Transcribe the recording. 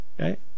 Okay